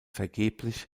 vergeblich